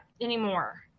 anymore